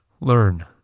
Learn